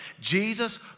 Jesus